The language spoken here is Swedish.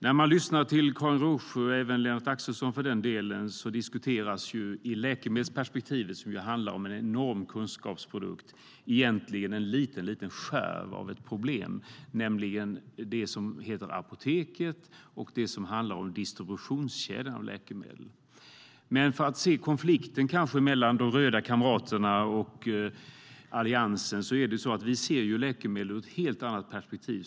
Karin Rågsjö och Lennart Axelsson diskuterar i läkemedelsperspektivet, som handlar om en enorm kunskapsprodukt, en liten skärv av ett problem, nämligen det som heter apotek och handlar om distributionskedjan för läkemedel. När det gäller konflikten mellan de röda kamraterna och Alliansen ser vi läkemedel i ett helt annat perspektiv än ni.